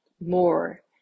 more